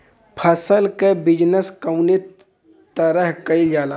फसल क बिजनेस कउने तरह कईल जाला?